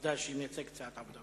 העובדה שהיא מייצגת את סיעת העבודה.